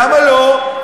למה לא?